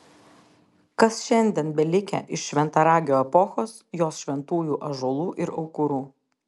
kas šiandien belikę iš šventaragio epochos jos šventųjų ąžuolų ir aukurų